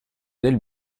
del